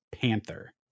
Panther